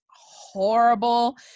horrible